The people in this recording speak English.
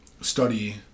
study